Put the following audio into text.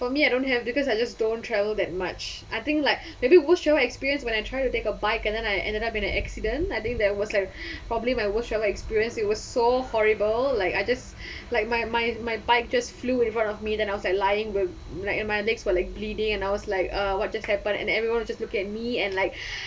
for me I don't have because I just don't travel that much I think like maybe worst travel experience when I try to take a bike and then I ended up in an accident I think that was like probably my worst travel experience it was so horrible like I just like my my my bike just flew in front of me then I was like say lying and my legs were like bleeding and I was like ugh what just happen and everyone was just looking at me and like